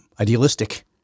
idealistic